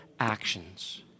actions